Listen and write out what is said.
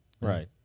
right